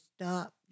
stop